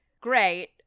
Great